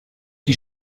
die